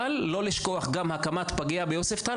אבל לא לשכוח גם הקמת פגייה ביוספטל,